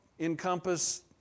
encompass